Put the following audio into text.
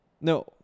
no